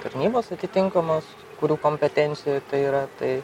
tarnybos atitinkamos kurių kompetencijoj tai yra tai